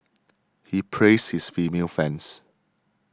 he praises his female fans